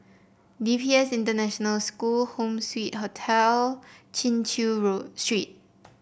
D P S International School Home Suite Hotel Chin Chew Road Street